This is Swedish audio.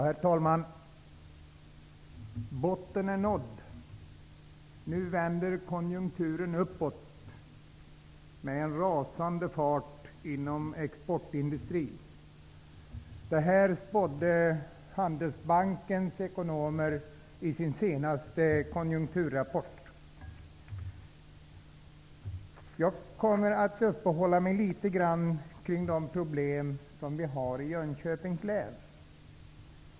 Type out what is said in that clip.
Herr talman! Botten är nådd. Nu vänder konjunkturen uppåt med en rasande fart inom exportindustrin. Detta spådde Handelsbankens ekonomer i sin senaste konjunkturrapport. Jag kommer att uppehålla mig litet grand kring de problem som vi har i Jönköpings län.